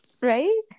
Right